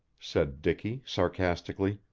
said dicky sarcastically.